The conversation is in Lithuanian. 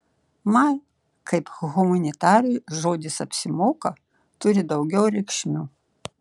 man kaip humanitarui žodis apsimoka turi daugiau reikšmių